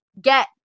get